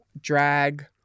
drag